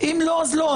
אם לא אז לא.